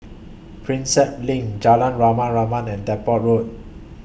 Prinsep LINK Jalan Rama Rama and Depot Road